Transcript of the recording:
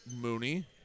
Mooney